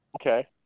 Okay